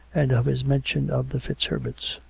and of his mention of the fitzherbertsr.